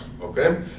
okay